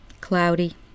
cloudy